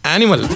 Animal